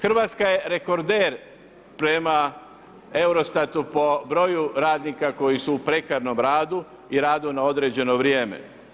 Hrvatska je rekorder prema Eurostatu po broju radnika koji su u prekovremenom radu i radu na određeno vrijeme.